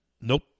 Nope